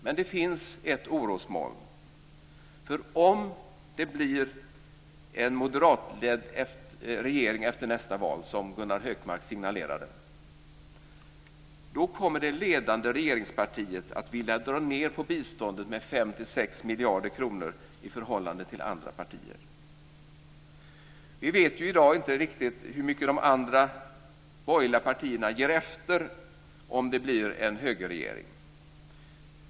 Men det finns ett orosmoln. Om det blir en moderatledd regering efter nästa val, som Gunnar Hökmark signalerade, då kommer det ledande regeringspartiet att vilja dra ned på biståndet med 5-6 miljarder kronor i förhållande till andra partier. Vi vet i dag inte riktigt hur mycket de andra borgerliga partierna ger efter om det blir en högerregering.